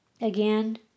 again